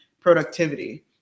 productivity